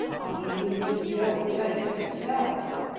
i'll give you leave to go and judge for yourselves.